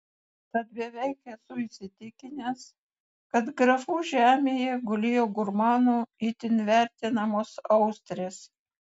tad beveik esu įsitikinęs kad grafų žemėje gulėjo gurmanų itin vertinamos austrės